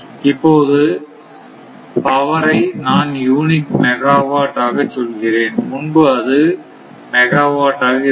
இப்போது அவரை நான் யூனிட் மெகாவாட் ஆக சொல்கிறேன் முன்பு அது மெகாவாட் ஆக இருந்தது